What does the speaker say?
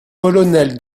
colonel